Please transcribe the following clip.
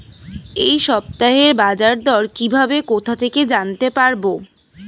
এই সপ্তাহের বাজারদর কিভাবে কোথা থেকে জানতে পারবো?